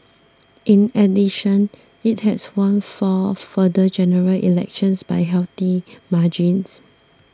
in addition it has won four further General Elections by healthy margins